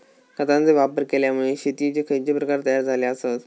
खतांचे वापर केल्यामुळे शेतीयेचे खैचे प्रकार तयार झाले आसत?